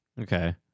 Okay